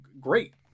great